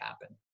happen